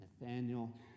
Nathaniel